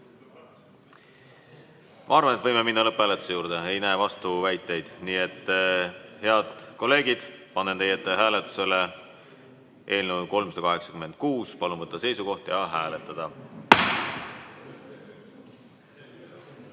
Ma arvan, et võime minna lõpphääletuse juurde. Ei näe vastuväiteid. Nii et, head kolleegid, panen teie ette hääletusele eelnõu 386. Palun võtta seisukoht ja hääletada! Eelnõu